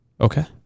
Okay